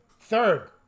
third